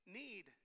need